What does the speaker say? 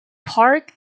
park